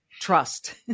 trust